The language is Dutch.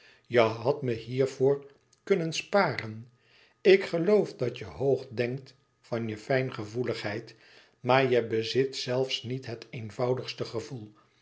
je hadt me hiervoor kunnen sparen ik geloof dat je hoog denkt van je fijngevoeligheid maar je bezit zelfs niet het eenvoudigste gevoel